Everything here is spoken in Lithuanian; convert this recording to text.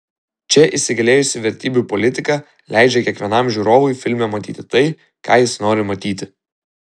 čia įsigalėjusi vertybių politika leidžia kiekvienam žiūrovui filme matyti tai ką jis nori matyti